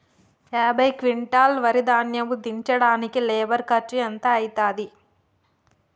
యాభై క్వింటాల్ వరి ధాన్యము దించడానికి లేబర్ ఖర్చు ఎంత అయితది?